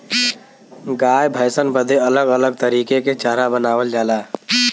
गाय भैसन बदे अलग अलग तरीके के चारा बनावल जाला